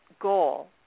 goal